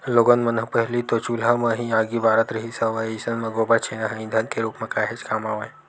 लोगन मन ह पहिली तो चूल्हा म ही आगी बारत रिहिस हवय अइसन म गोबर छेना ह ईधन के रुप म काहेच काम आवय